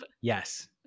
Yes